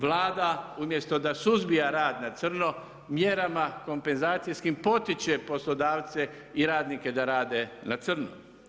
Vlada umjesto da suzbija rad na crno, mjerama kompenzacijskim potječe poslodavce i radnike da rade na crno.